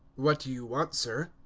what do you want, sir?